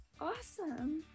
Awesome